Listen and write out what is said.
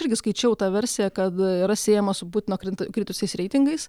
irgi skaičiau tą versiją kad yra siejama su putino krinta kritusiais reitingais